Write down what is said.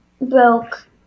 broke